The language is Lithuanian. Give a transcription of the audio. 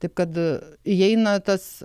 taip kad įeina tas